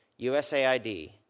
USAID